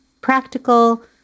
practical